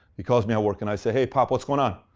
he calls me at work and i said, hey, pop, what's going on?